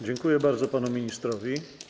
Dziękuję bardzo panu ministrowi.